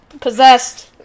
Possessed